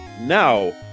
Now